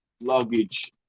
luggage